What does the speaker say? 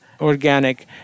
organic